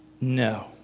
No